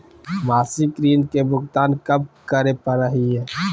मासिक ऋण के भुगतान कब करै परही हे?